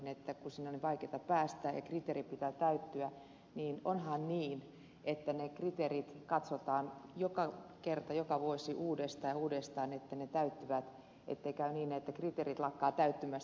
kun sinne on niin vaikea päästä kriteerien pitää täyttyä niin onhan niin että ne kriteerit katsotaan joka vuosi uudestaan ja uudestaan että ne täyttyvät ettei käy niin että kriteerit lakkaavat täyttymästä mutta rahaa kuitenkin tulee